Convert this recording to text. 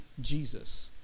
Jesus